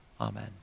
Amen